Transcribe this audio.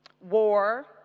war